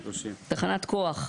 תחנת כוח.